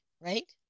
right